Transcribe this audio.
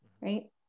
right